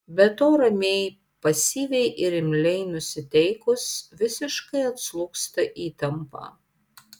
be to ramiai pasyviai ir imliai nusiteikus visiškai atslūgsta įtampa